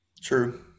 True